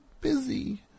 busy